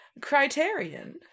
criterion